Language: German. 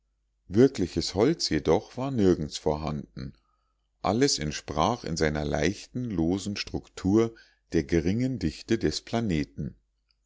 wirkliches holz jedoch war nirgends vorhanden alles entsprach in seiner leichten losen struktur der geringen dichte des planeten